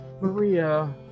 Maria